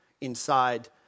inside